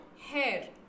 hair